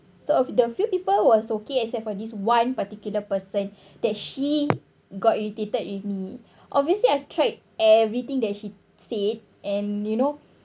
so the few people was okay except for this one particular person that she got irritated with me obviously I've tried everything that she said and you know